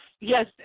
yes